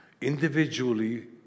Individually